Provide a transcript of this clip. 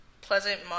Pleasant